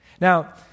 Now